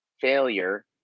failure